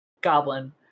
Goblin